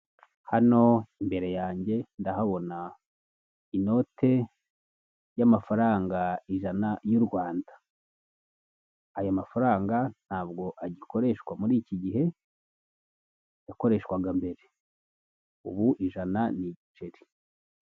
Hano imbere yanjye ndahabona inote yamafaranga ijana y'u Rwanda, aya mafaranga ntabwo agikoreshwa muri iki gihe, yakoreshwaga mbere, ubu ijana ni igiceri.